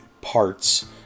parts